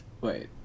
Wait